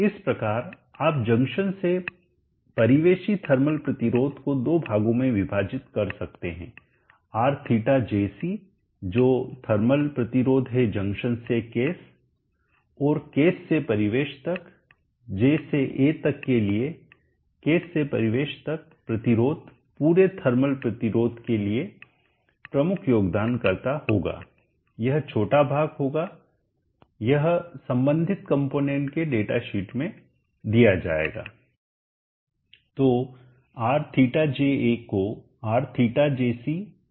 इस प्रकार आप जंक्शन से परिवेशी थर्मल प्रतिरोध को दो भागों में विभाजित कर सकते हैं Rθjc जो थर्मल प्रतिरोध है जंक्शन से केस और केस से परिवेशी तक j से a तक के लिए केस से परिवेशी तक प्रतिरोध पूरे थर्मल प्रतिरोध के लिए प्रमुख योगदानकर्ता होगा यह छोटा भाग होगा यह संबंधित कंपोनेंट के डेटा शीट में दिया जाएगा